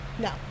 No